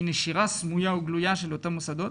נשירה סמויה או גלויה של אותם מוסדות.